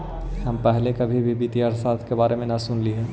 हम पहले कभी भी वित्तीय अर्थशास्त्र के बारे में न सुनली